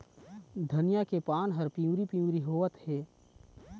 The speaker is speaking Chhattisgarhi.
धनिया के पान हर पिवरी पीवरी होवथे?